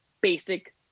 basic